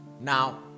Now